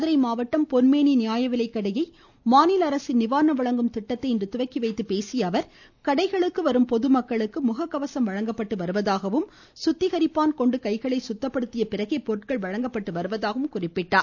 மதுரை மாவட்டம் பொன்மேனி நியாயவிலைக்கடையை மாநில அரசின் நிவாரணம் வழங்கும் திட்டத்தை இன்று துவக்கி வைத்து பேசிய அவர் கடைகளுக்கு வரும் பொதுமக்களுக்கு முக கவசம் வழங்கப்பட்டு வருவதாகவும் குத்திகரிப்பான் கொண்டு கைகளை குத்தப்படுத்திய பிறகே பொருட்கள் வழங்கப்பட்டு வருவதாகவும் குறிப்பிட்டார்